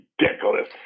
ridiculous